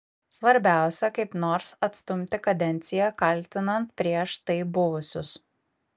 svarbiausia kaip nors atstumti kadenciją kaltinant prieš tai buvusius